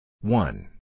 One